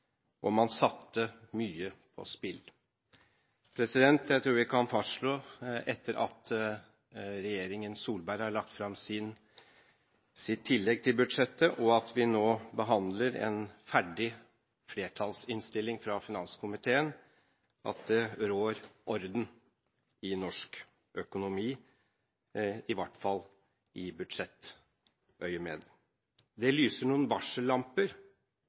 og man satte mye på spill. Jeg tror vi kan fastslå etter at regjeringen Solberg har lagt fram sitt tillegg til budsjettet, og vi nå behandler en ferdig flertallsinnstilling fra finanskomiteen, at det rår orden i norsk økonomi, i hvert fall i budsjettøyemed. Det lyser noen varsellamper